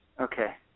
Okay